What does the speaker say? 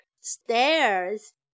stairs